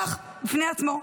כך, בפני עצמו,